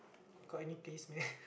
got any taste meh